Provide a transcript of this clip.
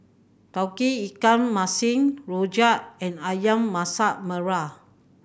Tauge Ikan Masin rojak and Ayam Masak Merah